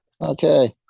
Okay